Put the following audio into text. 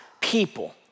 people